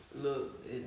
look